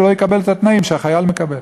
הוא לא יקבל את התנאים שהחייל מקבל.